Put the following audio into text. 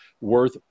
worth